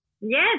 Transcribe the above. Yes